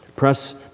Press